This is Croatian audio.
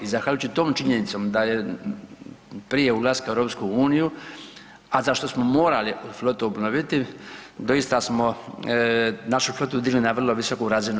I zahvaljujući tom činjenicom da je prije ulaska u EU, a za što smo morali flotu obnoviti doista smo našu flotu digli na vrlo visoku razinu.